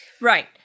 Right